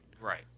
right